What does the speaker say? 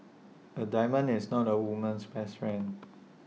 A diamond is not A woman's best friend